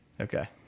Okay